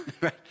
right